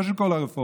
לא של כל הרפורמים,